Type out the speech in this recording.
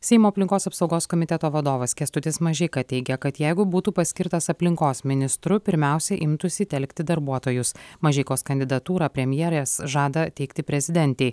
seimo aplinkos apsaugos komiteto vadovas kęstutis mažeika teigia kad jeigu būtų paskirtas aplinkos ministru pirmiausiai imtųsi telkti darbuotojus mažeikos kandidatūrą premjerės žada teikti prezidentei